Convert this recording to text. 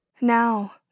Now